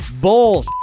Bull